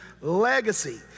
legacy